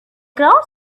crowd